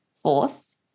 Force